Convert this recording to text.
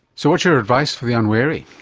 so what's your advice for the unwary?